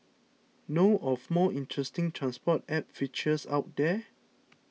know of more interesting transport app features out there